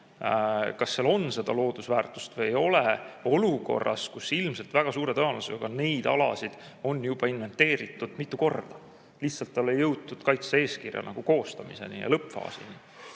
kas seal on loodusväärtust või ei ole, olukorras, kus ilmselt väga suure tõenäosusega neid alasid on inventeeritud mitu korda, lihtsalt ei ole jõutud kaitse-eeskirja koostamise ja lõppfaasini.